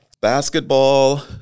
Basketball